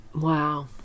Wow